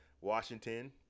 Washington